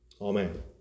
Amen